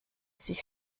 sich